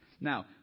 Now